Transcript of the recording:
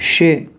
شےٚ